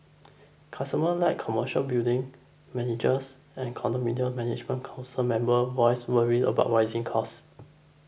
customers like commercial building managers and condominium management council members voiced worries about rising costs